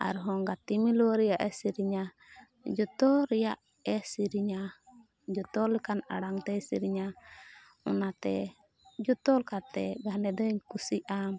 ᱟᱨ ᱦᱚᱸ ᱜᱟᱛᱮ ᱢᱤᱞᱣᱟᱹ ᱨᱮᱭᱟᱜ ᱮ ᱥᱮᱨᱮᱧᱟ ᱡᱚᱛᱚ ᱨᱮᱭᱟᱜ ᱮ ᱥᱮᱨᱮᱧᱟ ᱡᱚᱛᱚ ᱞᱮᱠᱟᱱ ᱟᱲᱟᱝᱛᱮ ᱥᱮᱨᱮᱧᱟ ᱚᱱᱟᱛᱮ ᱡᱚᱛᱚ ᱞᱮᱠᱟᱛᱮ ᱜᱷᱟᱱᱮ ᱫᱚᱧ ᱠᱩᱥᱤᱜ ᱟᱢ